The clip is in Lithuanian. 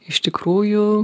iš tikrųjų